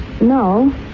no